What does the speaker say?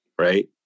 Right